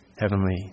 heavenly